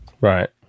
Right